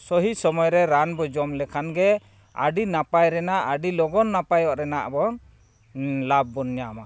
ᱥᱚᱦᱤ ᱥᱚᱢᱚᱭ ᱨᱮ ᱨᱟᱱᱵᱚᱱ ᱡᱚᱢ ᱞᱮᱠᱷᱟᱱ ᱜᱮ ᱟᱹᱰᱤ ᱱᱟᱯᱟᱭ ᱨᱮᱱᱟᱜ ᱟᱹᱰᱤ ᱞᱚᱜᱚᱱ ᱱᱟᱯᱟᱭᱚᱜ ᱨᱮᱱᱟᱜ ᱵᱚᱱ ᱞᱟᱵᱷ ᱵᱚᱱ ᱧᱟᱢᱟ